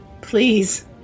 Please